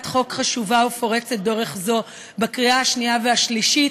חוק חשובה ופורצת דרך זו בקריאה השנייה והשלישית,